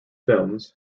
films